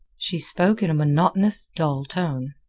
she spoke in a monotonous, dull tone.